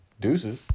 Deuces